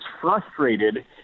frustrated